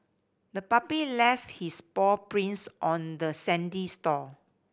the puppy left his paw prints on the sandy shore